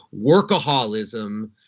workaholism